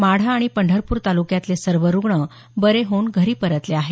माढा आणि पंढरपूर तालुक्यातले सर्व रुग्ण बरे होऊन घरी परतले आहेत